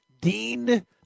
Dean